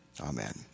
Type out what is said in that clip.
Amen